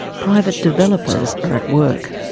private developers are at work.